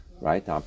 right